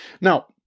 Now